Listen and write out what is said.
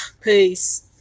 Peace